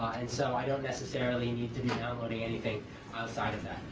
and so i don't necessarily need to be downloading anything outside of that.